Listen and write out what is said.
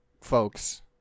folks